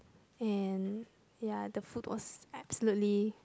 and ya the food was absolutely